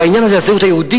בעניין הזה הזהות היהודית,